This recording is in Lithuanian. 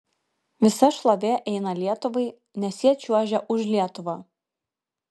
visa šlovė eina lietuvai nes jie čiuožia už lietuvą